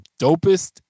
dopest